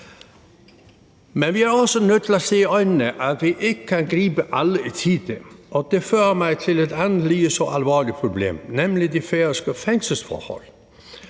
Men vi er også nødt til at se i øjnene, at vi ikke kan gribe alle i tide, og det fører mig til et andet lige så alvorligt problem, nemlig de færøske fængselsforhold.